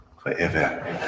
forever